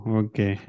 okay